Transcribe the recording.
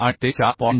आणि ते 4